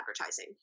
advertising